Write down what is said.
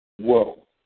Whoa